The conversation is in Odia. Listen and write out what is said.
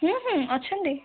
ହୁଁ ହୁଁ ଅଛନ୍ତି